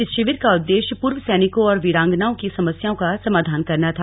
इस शिविर का उद्देश्य पूर्व सैनिकों और वीरांगनाओं की समस्याओं का समाधान करना था